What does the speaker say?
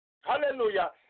hallelujah